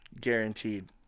guaranteed